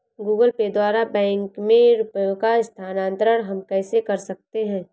Google Pay द्वारा bank में रुपयों का स्थानांतरण हम कैसे कर सकते हैं?